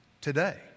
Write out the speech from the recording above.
today